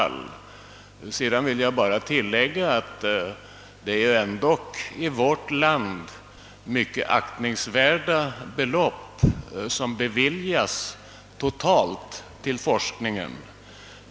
Till detta vill jag endast lägga, att det ändå är aktningsvärda belopp som totalt anslås till forskningen i vårt land.